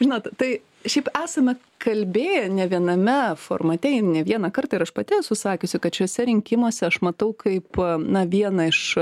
žinot tai šiaip esame kalbėję ne viename formate ir ne vieną kartą ir aš pati esu sakiusi kad šiuose rinkimuose aš matau kaip na vieną iš